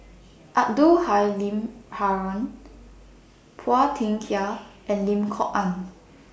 Abdul Halim Haron Phua Thin Kiay and Lim Kok Ann